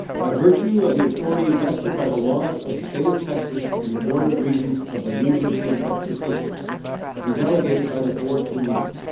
by virtue of the authority vested by the laws of the state of texas and the board of regents of the university of texas system and delegated by the board to me,